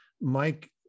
Mike